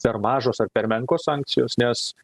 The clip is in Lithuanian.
per mažos ar per menkos sankcijos nes